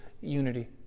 unity